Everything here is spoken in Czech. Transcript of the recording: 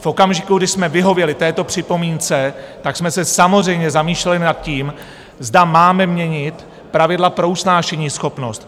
V okamžiku, kdy jsme vyhověli této připomínce, tak jsme se samozřejmě zamýšleli nad tím, zda máme měnit pravidla pro usnášeníschopnost.